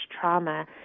trauma